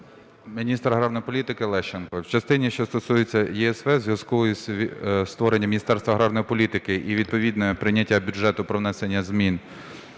Міністр аграрної політики Лещенко. В частині, що стосується ЄСВ, у зв'язку із створенням Міністерства аграрної політики і відповідно прийняття бюджету про внесення змін